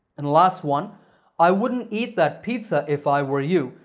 and last one i wouldn't eat that pizza if i were you,